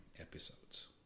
episodes